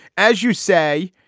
as you say,